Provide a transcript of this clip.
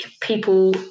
people